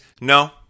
No